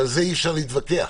על זה אי-אפשר להתווכח.